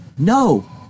No